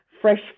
fresh